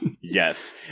yes